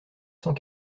cent